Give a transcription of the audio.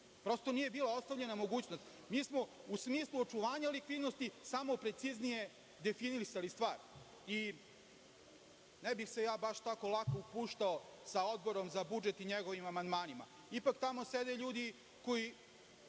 Prosto, nije bila ostavljena mogućnost. Mi smo u smislu očuvanja likvidnosti samo preciznije definisali stvari. Ne bih se ja tako lako upuštao sa Odborom za budžet i njegovim amandmanima. Ipak tamo sede ljudi koji